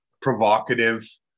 provocative